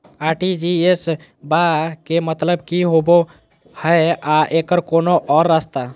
RTGS बा के मतलब कि होबे हय आ एकर कोनो और रस्ता?